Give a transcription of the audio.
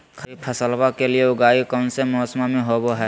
खरीफ फसलवा के उगाई कौन से मौसमा मे होवय है?